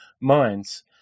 minds